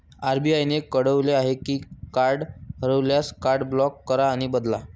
RBI ने कळवले आहे की कार्ड हरवल्यास, कार्ड ब्लॉक करा आणि बदला